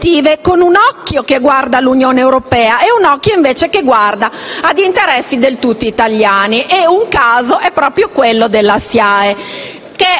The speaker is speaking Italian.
con un occhio che guarda l'Unione europea e un occhio che, invece, guarda ad interessi del tutto italiani. Un caso è proprio quello della SIAE,